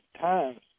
times